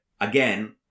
again